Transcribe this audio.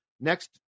next